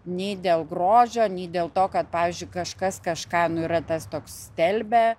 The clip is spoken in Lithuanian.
nei dėl grožio nei dėl to kad pavyzdžiui kažkas kažką nu yra tas toks stelbia